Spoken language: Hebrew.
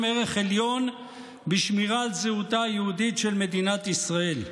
ערך עליון בשמירה על זהותה היהודית של מדינת ישראל.